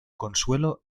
consuelo